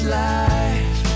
life